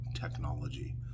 technology